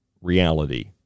reality